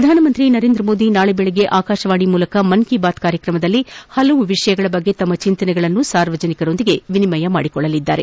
ಪ್ರಧಾನಮಂತ್ರಿ ನರೇಂದ್ರಮೋದಿ ನಾಳೆ ಬೆಳಗ್ಗೆ ಆಕಾಶವಾಣಿಯ ಮೂಲಕ ಮನ್ ಕಿ ಬಾತ್ ಕಾರ್ಯತ್ರಮದಲ್ಲಿ ಹಲವು ವಿಷಯಗಳ ಬಗ್ಗೆ ತಮ್ಮ ಚೆಂತನೆಗಳನ್ನು ಸಾರ್ವಜನಿಕರೊಂದಿಗೆ ವಿನಿಮಯ ಮಾಡಿಕೊಳ್ಳಲಿದ್ದಾರೆ